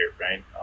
right